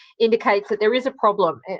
indicates that there is a problem.